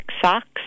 socks